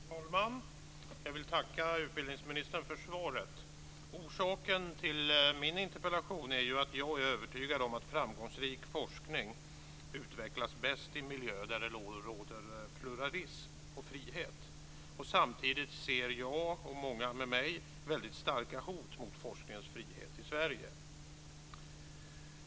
Fru talman! Jag vill tacka utbildningsministern för svaret. Orsaken till min interpellation är ju att jag är övertygad om att framgångsrik forskning utvecklas bäst i miljöer där det råder pluralism och frihet. Samtidigt ser jag och många med mig väldigt starka hot mot forskningens frihet i Sverige.